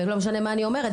ולא משנה מה אני אומרת,